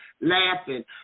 laughing